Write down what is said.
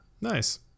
Nice